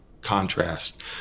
contrast